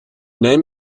name